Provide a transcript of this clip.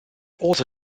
also